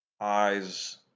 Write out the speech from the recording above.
eyes